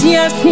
Yes